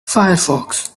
firefox